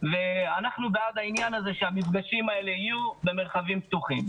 ואנחנו בעד העניין הזה שהמפגשים האלה יהיו במרחבים פתוחים.